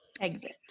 Exit